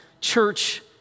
church